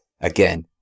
again